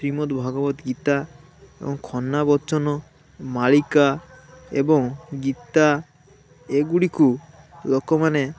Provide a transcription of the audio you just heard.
ଶ୍ରୀମଦ ଭାଗବତ ଗୀତା ଏବଂ ଖନାବଚନ ମାଳିକା ଏବଂ ଗୀତା ଏଗୁଡ଼ିକୁ ଲୋକମାନେ